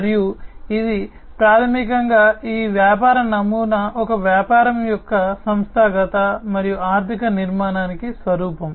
మరియు ఇది ప్రాథమికంగా ఈ వ్యాపార నమూనా ఒక వ్యాపారం యొక్క సంస్థాగత మరియు ఆర్థిక నిర్మాణానికి స్వరూపం